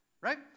right